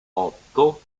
otto